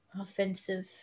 offensive